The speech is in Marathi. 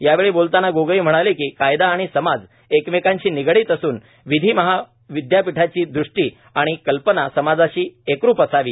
यावेळी बोलताना गोगोई म्हणाले कि कायदा आणि समाज एकमेकांशी निगडीत असून विधी विद्यापीठाची दृष्टी आणि कल्पना समाजाशी एकरूप असावी